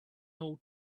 old